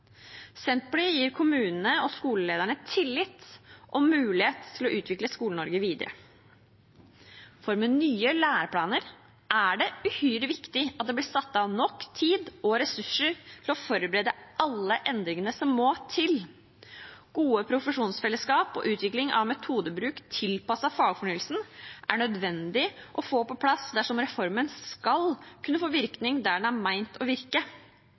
Senterpartiet gir kommunene og skolelederne tillit og mulighet til å utvikle Skole-Norge videre. Med nye læreplaner er det uhyre viktig at det blir satt av nok tid og ressurser til å forberede alle endringene som må til. Gode profesjonsfellesskap og utvikling av metodebruk tilpasset fagfornyelsen er nødvendig å få på plass dersom reformen skal kunne få virkning der den er ment å virke: